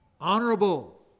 honorable